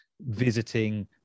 visiting